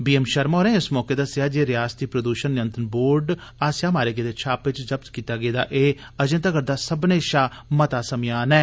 बी M Sharma होरें इस मौके दस्सेआ जे रिआसती प्रदूषण नियंत्रण बोर्ड आसेआ मारे गेदे छापे च जब्त कीता गेदा एह अजें तगर दा सब्मनें शा मता समेयान ऐ